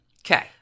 Okay